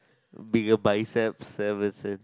bigger biceps seven said